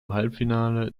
halbfinale